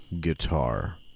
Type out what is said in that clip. Guitar